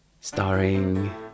Starring